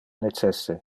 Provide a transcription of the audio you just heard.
necesse